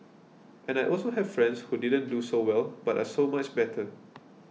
and I also have friends who didn't do so well but are so much better